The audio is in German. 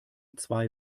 zwei